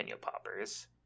poppers